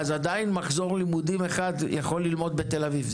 מחזור לימודים אחד עדיין יכול ללמוד בתל אביב.